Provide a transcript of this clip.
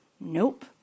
Nope